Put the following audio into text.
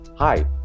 Hi